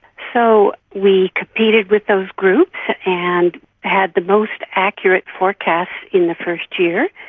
so we competed with those groups and had the most accurate forecasts in the first year,